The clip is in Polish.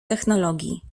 technologii